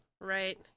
Right